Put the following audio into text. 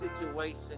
situation